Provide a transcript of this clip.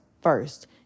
first